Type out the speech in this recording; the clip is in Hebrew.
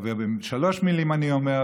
ובשלוש מילים אני אומר,